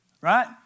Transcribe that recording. right